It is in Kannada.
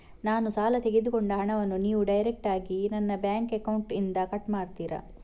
ನಾನು ಸಾಲ ತೆಗೆದುಕೊಂಡ ಹಣವನ್ನು ನೀವು ಡೈರೆಕ್ಟಾಗಿ ನನ್ನ ಬ್ಯಾಂಕ್ ಅಕೌಂಟ್ ಇಂದ ಕಟ್ ಮಾಡ್ತೀರಾ?